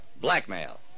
Blackmail